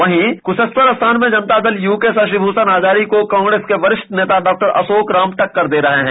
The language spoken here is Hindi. वहीं कुशेश्वरस्थान स्थान मे जनता दल के शशिभूषण हजारी को कांग्रेस के वरिष्ठ नेता डा अशोक राम टक्कर दे रहे हैं